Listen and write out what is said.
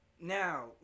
Now